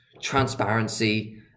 transparency